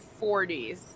40s